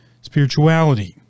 spirituality